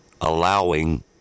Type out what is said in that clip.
allowing